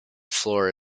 floor